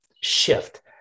shift